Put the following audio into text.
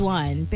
one